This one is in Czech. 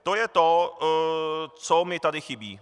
To je to, co mi tady chybí.